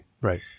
Right